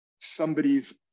somebody's